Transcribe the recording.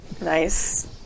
Nice